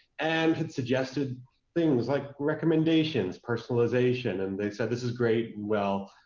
and suggested things like recommendations, personalization, and they said, this is great, well,